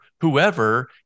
whoever